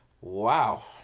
wow